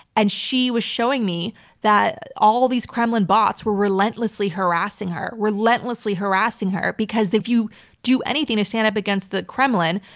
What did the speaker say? and she was showing me that all of these kremlin bots were relentlessly harassing her, relentlessly harassing her, because if you do anything to stand up against the kremlin,